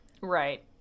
Right